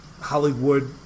Hollywood